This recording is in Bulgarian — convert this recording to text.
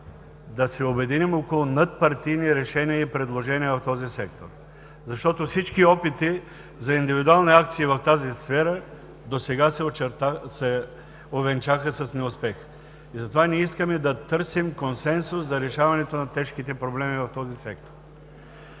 да се обединим около надпартийни решения и предложения в този сектор. Всички опити за индивидуална акция в тази сфера досега се увенчаха с неуспех, затова искаме да търсим консенсус за решаването на тежките проблеми в този сектор.